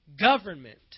government